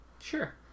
Sure